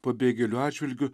pabėgėlių atžvilgiu